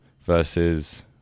versus